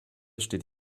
steht